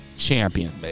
champion